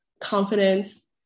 confidence